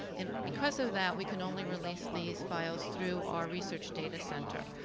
and because of that, we can only release these files through our research data center.